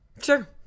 Sure